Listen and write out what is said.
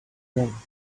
one